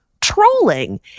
trolling